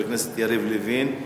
חבר הכנסת יריב לוין,